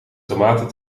tomaten